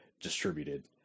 distributed